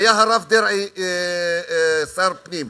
הרב דרעי היה שר הפנים,